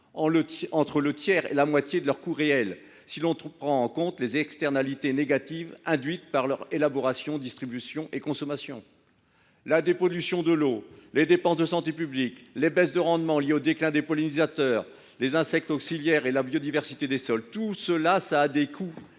entre le tiers et la moitié – de leur coût réel, une fois prises en compte les externalités négatives induites par leur élaboration, leur distribution et leur consommation : dépollution de l’eau, dépenses de santé publique, baisses de rendement liées au déclin des pollinisateurs, des insectes auxiliaires et de la biodiversité des sols… Ces coûts